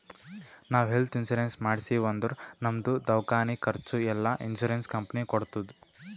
ನಾವ್ health insurance ಮಾಡ್ಸಿವ್ ಅಂದುರ್ ನಮ್ದು ದವ್ಕಾನಿ ಖರ್ಚ್ ಎಲ್ಲಾ ಇನ್ಸೂರೆನ್ಸ್ ಕಂಪನಿ ಕೊಡ್ತುದ್